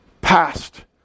Past